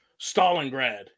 Stalingrad